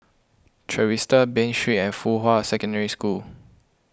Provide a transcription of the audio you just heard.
Trevista Bain Street and Fuhua Secondary School